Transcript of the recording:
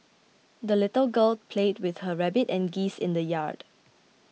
the little girl played with her rabbit and geese in the yard